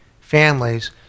families